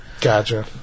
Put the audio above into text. Gotcha